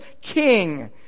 king